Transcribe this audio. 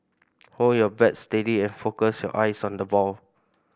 hold your bat steady and focus your eyes on the ball